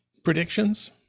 predictions